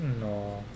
no